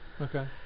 Okay